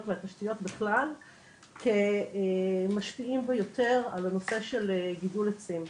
והתשתיות בכלל כמשפיעים ביותר על הנושא של גידול עצים.